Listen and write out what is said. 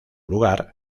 lugar